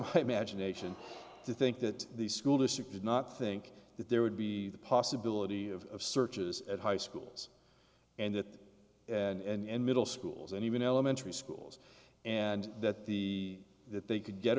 hype magination to think that the school district did not think that there would be the possibility of searches at high schools and that and middle schools and even elementary schools and that the that they could get